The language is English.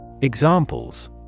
Examples